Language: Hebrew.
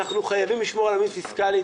אנחנו חייבים לשמור על אמינות פיסקלית.